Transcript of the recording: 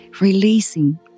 releasing